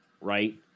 right